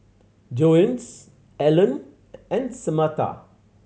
Jones Alan and Samatha